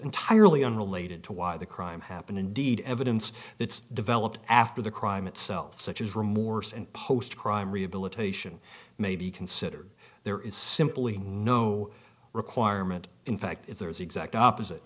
entirely unrelated to why the crime happened indeed evidence that's developed after the crime itself such as remorse and post crime rehabilitation may be considered there is simply no requirement in fact if there is exact opposite